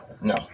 No